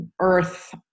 earth